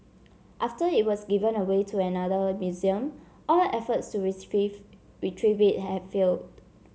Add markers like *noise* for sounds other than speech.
after it was given away to another museum all efforts to *unintelligible* retrieve it had failed